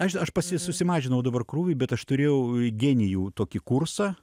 aš aš pasi susimažinau dabar krūvį bet aš turėjau genijų tokį kursą